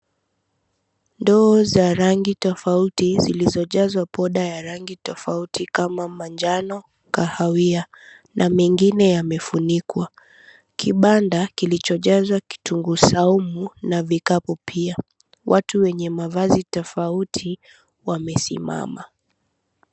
Ndoo za rangi tofauti zilizojazwa poda ya rangi tofauti kama manjano, kahawia na mengine yamefunikwa. Kibanda kilichojazwa kitungu saumu na mikabu pia, watu wenye mavazi tofauti wamesimama.